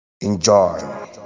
Enjoy